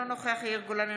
אינו נוכח יאיר גולן,